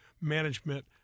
management